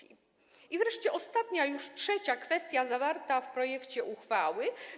I wreszcie ostatnia już, trzecia kwestia zawarta w projekcie uchwały.